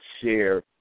share